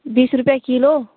बीस रुपये किलो